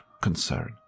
concern